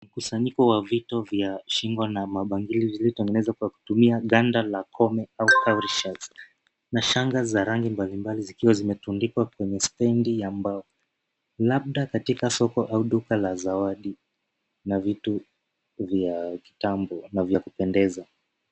Mkusanyiko wa vito vya shingo na mabangili vilivyotengenezwa kwa kutumia dhanda la kome au cowrie shells , na shanga za rangi mbalimbali zikiwa zimetundikwa kwenye stendi ya mbao. Labda katika soko au duka la zawadi na vitu vya kitambo, na vya kupendeza.